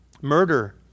murder